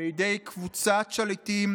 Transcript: בידי קבוצת שליטים